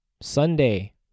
Sunday